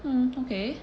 hmm okay